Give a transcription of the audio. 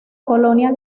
colonia